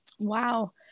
Wow